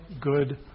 good